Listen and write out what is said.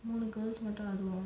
girls மட்டும் ஆடுவோம்:mattum aaduvom